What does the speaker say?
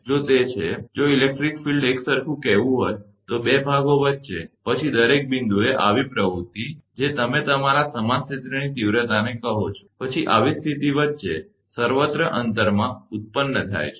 જો તે છે જો ઇલેક્ટ્રિક ફીલ્ડ એકસરખું કહેવું હોય તો બે ભાગો વચ્ચે પછી દરેક બિંદુએ આવી પ્રવૃત્તિ જે તમે તમારા સમાન ક્ષેત્રની તીવ્રતાને કહો છો પછી આવી સ્થિતિ વચ્ચે સર્વત્ર અંતરમાં ઉત્પન્ન થાય છે